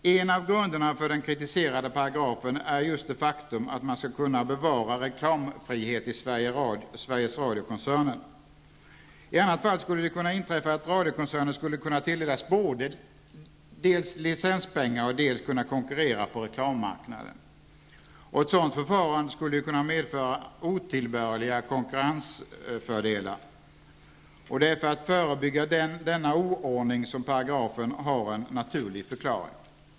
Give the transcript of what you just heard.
En av grunderna för den kritiserade paragrafen är just det faktum att man skall kunna bevara reklamfrihet i Sveriges Radio-koncernen. I annat fall skulle ju det kunna inträffa att radiokoncernen dels tilldelas licenspengar, dels konkurrerar på reklammarknaden. Ett sådant förfarande skulle kunna medföra otillbörliga konkurrensfördelar, och det är för att ''förebygga denna oordning'' som paragrafen har en naturlig förklaring.